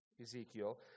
Ezekiel